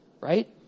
right